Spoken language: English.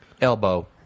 elbow